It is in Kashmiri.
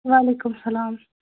وعلیکُم السلام